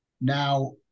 Now